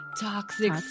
Toxic